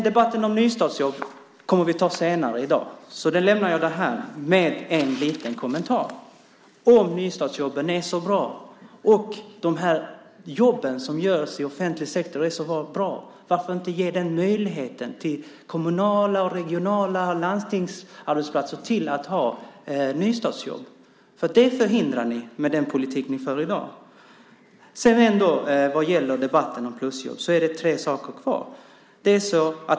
Debatten om nystartsjobben kommer vi att ta senare i dag, så den lämnar jag därhän efter en liten kommentar: Om nystartsjobben är så bra och de jobb som görs i offentlig sektor är så bra, varför då inte ge möjlighet för arbetsplatser inom kommuner, regioner och landsting att ha nystartsjobb? Det förhindrar ni med den politik ni för i dag. Vad gäller debatten om plusjobb är det tre saker kvar.